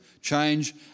change